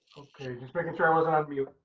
okay, just making sure i wasn't on mute.